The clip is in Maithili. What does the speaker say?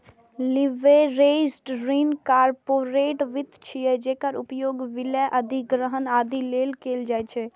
लीवरेज्ड ऋण कॉरपोरेट वित्त छियै, जेकर उपयोग विलय, अधिग्रहण, आदि लेल कैल जाइ छै